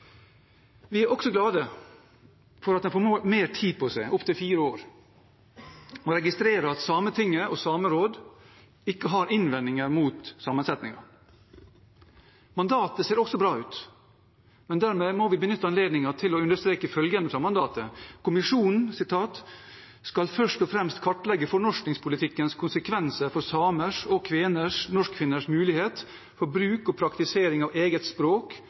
Vi er også glade for at den får mer tid på seg, opptil fire år, og registrerer at Sametinget og Samerådet ikke har innvendinger mot sammensetningen. Mandatet ser også bra ut, men vi må benytte anledningen til å understreke følgende fra mandatet: «Kommisjonen skal først og fremst kartlegge fornorskingspolitikkens konsekvenser for samers og kveners/norskfinners mulighet for bruk og praktisering av eget språk,